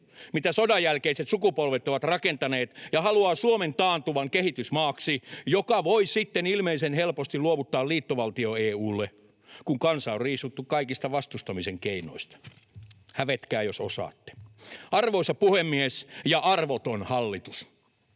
mitä sodanjälkeiset sukupolvet ovat rakentaneet, ja haluaa Suomen taantuvan kehitysmaaksi, jonka voi sitten ilmeisen helposti luovuttaa liittovaltio-EU:lle, kun kansa on riisuttu kaikista vastustamisen keinoista. Hävetkää, jos osaatte. Arvoisa puhemies ja arvoton hallitus!